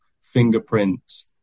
fingerprints